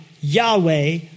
Yahweh